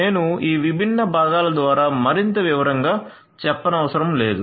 నేను ఈ విభిన్న భాగాల ద్వారా మరింత వివరంగా చెప్పనవసరం లేదు